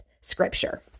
Scripture